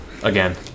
again